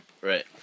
right